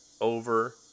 over